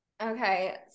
okay